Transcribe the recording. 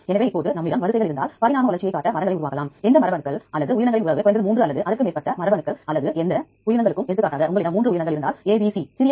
எனவே முதலில் Uniprot பக்கத்திற்கு உங்களை அழைத்துச் செல்கிறேன் அங்கு உங்களுக்கு Uniprot மற்றும் குறிப்பிட்ட எல்லா விவரங்களும் தெரியும்